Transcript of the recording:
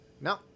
No